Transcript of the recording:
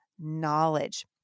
knowledge